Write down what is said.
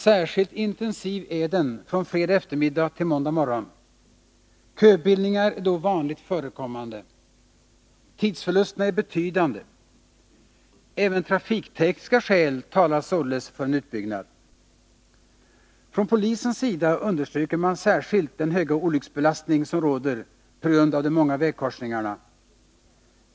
Särskilt intensiv är den från fredag eftermiddag till måndag morgon. Köbildningar är vanligt förekommande. Tidsförlusterna är betydande. Även trafiktekniska skäl talar således för en utbyggnad. Från polisens sida understryker man särskilt den höga olycksbelastning som råder på grund av de många vägkorsningarna.